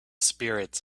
spirits